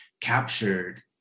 captured